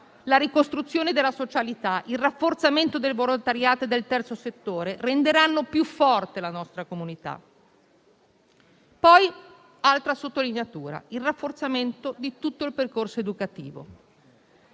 la ricostruzione della socialità, il rafforzamento del volontariato e del terzo settore renderanno più forte la nostra comunità. Un'altra sottolineatura riguarda il rafforzamento di tutto il percorso educativo.